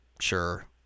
Sure